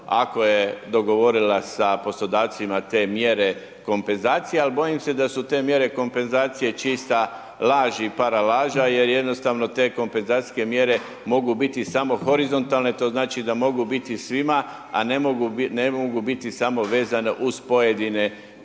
ako je dogovorila sa poslodavcima te mjere kompenzacije, ali bojim se da su te mjere kompenzacije čista laž i paralaža jer jednostavno te kompenzacijske mjere mogu biti samo horizontalne, to znači da mogu biti svima, a ne mogu biti samo vezane uz pojedine,